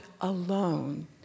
alone